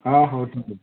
ହଁ ହଉ ଠିକ୍ ଅଛି